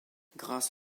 grâce